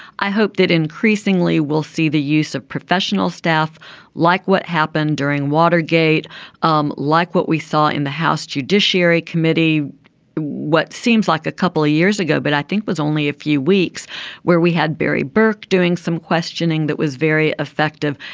i hope that increasingly we'll see the use of professional staff like what happened during watergate um like what we saw in the house judiciary committee what seems like a couple of years ago but i think was only a few weeks where we had barry burke doing some questioning that was very effective.